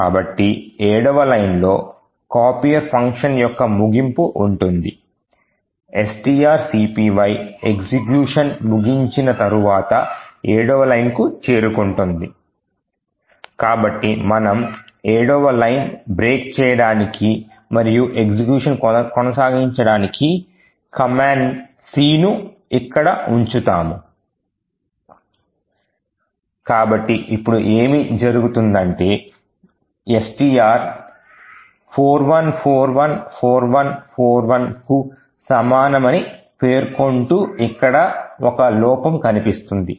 కాబట్టి 7వ లైన్లో కాపీయర్ ఫంక్షన్ యొక్క ముగింపు ఉంటుంది strcpy ఎగ్జిక్యూషన్ ముగించిన తరువాత 7వ లైన్ కు చేరుకుంటుంది కాబట్టి మనము ఏడవ లైన్ బ్రేక్ చేయడానికి మరియు ఎగ్జిక్యూషన్ కొనసాగించడానికి కమాండ్ Cను ఇక్కడ ఉంచుతాము కాబట్టి ఇప్పుడు ఏం జరుగుతుందంటే STR 41414141కు సమానమని పేర్కొంటూ ఇక్కడ ఒక లోపం కనిపిస్తుంది